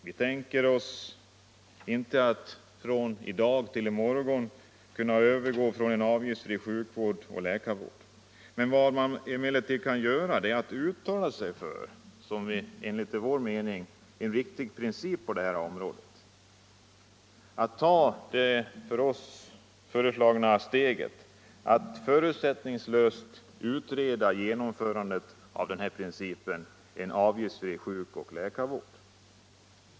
Vi tänker oss inte att från i dag till i morgon övergå till en avgiftsfri sjuk och läkarvård. Vad man emellertid kunde göra är för det första att uttala sig för en enligt vår mening riktig princip på detta område — att ta det av oss föreslagna steget och förutsättningslöst utreda genomförandet av principen om en avgiftsfri sjukoch läkarvård.